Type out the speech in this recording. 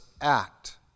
act